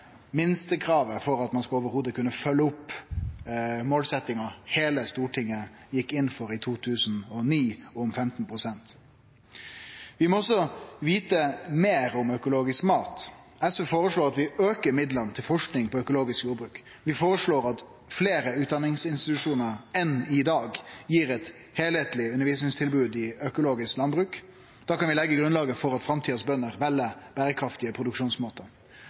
minstekravet for at ein i det heile skal kunne følgje opp målsetjinga om 15 pst. som heile Stortinget gjekk inn for i 2009. Vi må også vite meir om økologisk mat. SV føreslår at vi aukar midlane til forsking på økologisk jordbruk. Vi føreslår at fleire utdanningsinstitusjonar enn i dag gir eit heilskapleg undervisningstilbod i økologisk landbruk. Da kan vi leggje grunnlaget for at framtidas bønder vel berekraftige produksjonsmåtar.